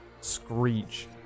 screech